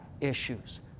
issues